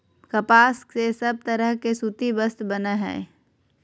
कपास से सब तरह के सूती वस्त्र बनय हय